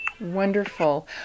wonderful